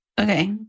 Okay